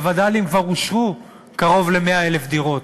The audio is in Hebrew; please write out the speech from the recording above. בווד"לים כבר אושרו קרוב ל-100,000 דירות.